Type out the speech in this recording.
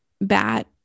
bat